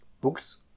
books